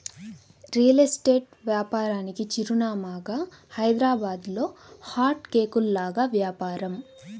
real estate వ్యాపారానికి చిరునామాగా హైదరాబాద్లో హాట్ కేకుల్లాగా వ్యాపారం